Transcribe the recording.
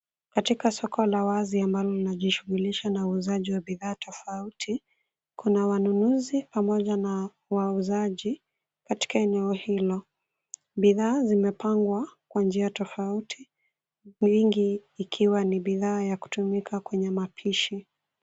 Katika soko la wazi ambao mnajishughulisha na uuzaji wa bidhaa tofauti, kuna wanunuzi pamoja na wauzaji katika eneo hilo. Bidhaa zimepangwa kwa njia tofauti nyingi ikiwa ni bidhaa ya kutumika kwenye mapishi.